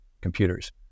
computers